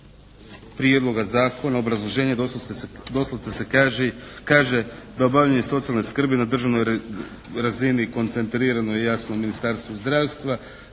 Prijedloga zakona obrazloženje, doslovce se kaže da obavljanje socijalne skrbi na državnoj razini koncentrirano je jasno Ministarstvu zdravstvu